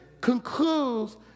concludes